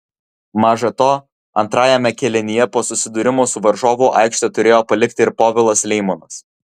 maža to antrajame kėlinyje po susidūrimo su varžovu aikštę turėjo palikti ir povilas leimonas